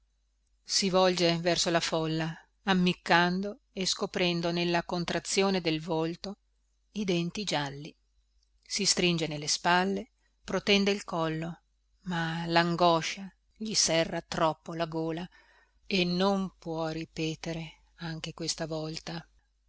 si volge verso la folla ammiccando e scoprendo nella contrazione del volto i denti gialli si stringe nelle spalle protende il collo ma langoscia gli serra troppo la gola e non può ripetere anche questa volta